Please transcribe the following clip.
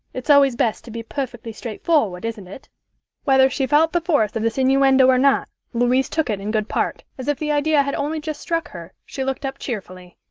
it's always best to be perfectly straightforward, isn't it whether she felt the force of this innuendo or not, louise took it in good part. as if the idea had only just struck her, she looked up cheerfully.